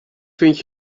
vindt